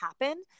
happen